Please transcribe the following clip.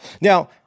Now